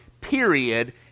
period